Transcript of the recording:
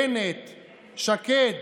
בנט, שקד,